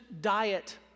diet